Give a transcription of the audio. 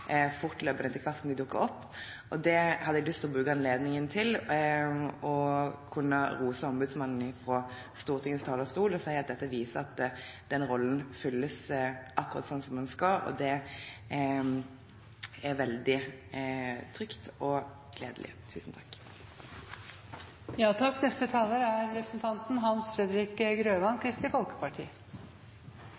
fortløpende, etter hvert som de dukker opp. Jeg hadde lyst til å bruke anledningen til å rose Ombudsmannen fra Stortingets talerstol og si at dette viser at den rollen fylles akkurat slik som den skal, og det er veldig trygt og gledelig. Forsvaret er